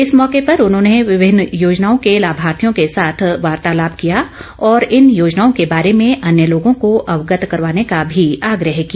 इस मौके पर उन्होंने विभिन्न योजनाओं के लामार्थियों के साथ वार्तालाप किया और इन योजनाओं के बारे में अन्य लोगों को अवगत करवाने का भी आग्रह किया